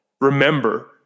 Remember